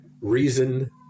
reason